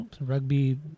rugby